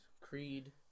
Creed